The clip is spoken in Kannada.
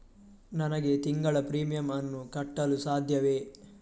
ನನಗೆ ತಿಂಗಳ ಪ್ರೀಮಿಯಮ್ ಅನ್ನು ಕಟ್ಟಲು ಸಾಧ್ಯವೇ?